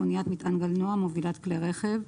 "אניית מטען גלנוע (מובילת כלי רכב)